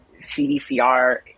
CDCR